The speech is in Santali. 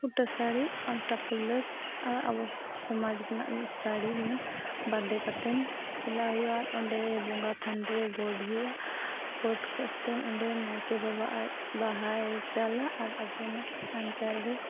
ᱯᱷᱩᱴᱟᱹ ᱥᱟᱹᱲᱤ ᱟᱞᱛᱟ ᱯᱟᱹᱲᱞᱟᱹᱠ ᱟᱵᱚ ᱥᱚᱢᱟᱡᱽ ᱨᱮᱱᱟᱜ ᱫᱚ ᱥᱟᱹᱲᱤ ᱵᱟᱸᱫᱮ ᱠᱟᱛᱮᱫ ᱪᱟᱞᱟᱜ ᱦᱩᱭᱩᱜᱼᱟ ᱟᱨ ᱚᱸᱰᱮ ᱵᱚᱸᱜᱟ ᱛᱷᱟᱱ ᱨᱮ ᱜᱚᱰ ᱦᱩᱭᱩᱜᱼᱟ ᱜᱚᱸᱰ ᱠᱟᱛᱮᱫ ᱚᱸᱰᱮ ᱱᱟᱭᱠᱮ ᱵᱟᱵᱟ ᱟᱡ ᱵᱟᱦᱟᱭ ᱪᱟᱞᱟ ᱟᱨ ᱟᱵᱚᱱᱟᱜ ᱟᱧᱪᱟᱨ ᱨᱮ